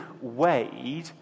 weighed